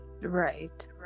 right